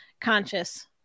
conscious